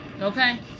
okay